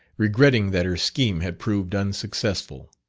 regretting that her scheme had proved unsuccessful.